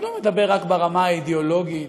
אני לא מדבר רק ברמה האידיאולוגית,